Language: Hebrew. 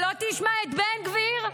שלא תשמע את בן גביר,